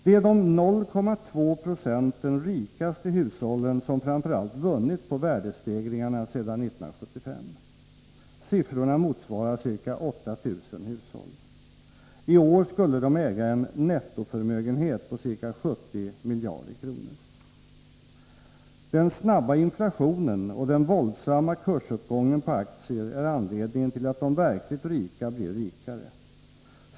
Det är de 0,2 procenten rikaste hushållen som framför allt vunnit på värdestegringarna sedan 1975. Siffrorna motsvarar ca 8 000 hushåll. I år skulle de äga en nettoförmögenhet på ca 70 miljarder kronor. ”Den snabba inflationen och den våldsamma kursuppgången på aktier är anledningen till att de verkligt rika blir rikare.